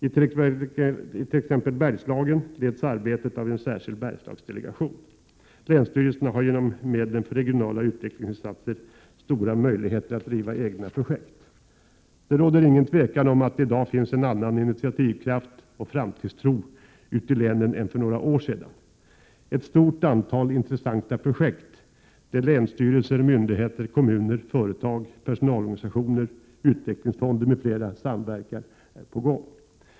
I t.ex. Bergslagen leds arbetet av en särskild Bergslagsdelegation. Länsstyrelserna har genom medlen för regionala utvecklingsinsatser stora möjligheter att driva egna projekt. Det råder inget tvivel om att det i dag finns en annan initiativkraft och framtidstro ute i länen än för några år sedan. Ett stort antal intressanta projekt, där länsstyrelser, myndigheter, kommuner, företag, personalorganisationer, utvecklingsfonder m.fl. samverkar, är på gång.